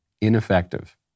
ineffective